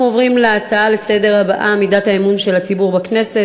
אנחנו עוברים להצעה הבאה לסדר-היום: מידת האמון של הציבור בכנסת,